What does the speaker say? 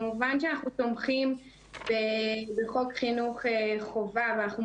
כמובן שאנחנו תומכים בחוק חינוך חובה ואנחנו